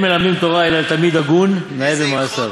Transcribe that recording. אין מלמדין תורה אלא לתלמיד הגון נאה במעשיו,